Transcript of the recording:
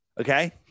Okay